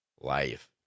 life